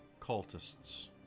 cultists